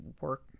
work